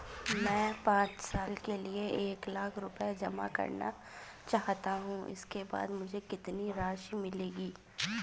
मैं पाँच साल के लिए एक लाख रूपए जमा करना चाहता हूँ इसके बाद मुझे कितनी राशि मिलेगी?